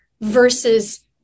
versus